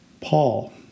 Paul